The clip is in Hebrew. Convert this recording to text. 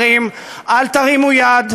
אין בו גם הסדרה,